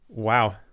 Wow